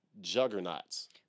juggernauts